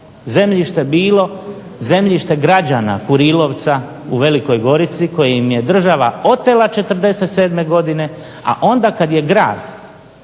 zemljište bilo zemljište građana Kurilovca u Velikoj Gorici koje im je država otela '47.godine, a onda kada je grad